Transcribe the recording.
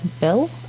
bill